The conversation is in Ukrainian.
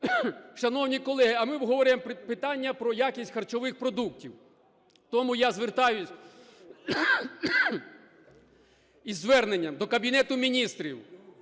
Шановні колеги, а ми обговорюємо питання про якість харчових продуктів! Тому я звертаюсь із зверненням до Кабінету Міністрів: